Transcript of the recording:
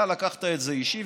אתה לקחת את זה אישי,